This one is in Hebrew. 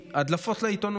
מהדלפות לעיתונות.